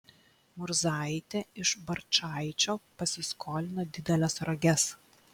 murzaitė iš barčaičio pasiskolino dideles roges